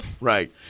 Right